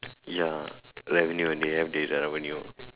ya revenue revenue